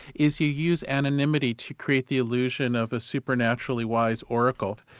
is you use anonymity to create the illusion of a supernaturally wise oracle.